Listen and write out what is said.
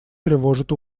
тревожит